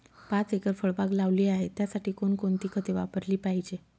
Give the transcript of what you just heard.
पाच एकर फळबाग लावली आहे, त्यासाठी कोणकोणती खते वापरली पाहिजे?